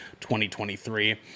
2023